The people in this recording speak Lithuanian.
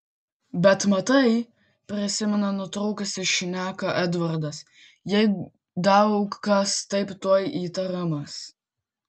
bet matai prisimena nutrūkusią šneką edvardas jei daug kas taip tuoj įtarimas